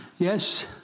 Yes